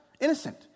Innocent